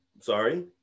sorry